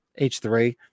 H3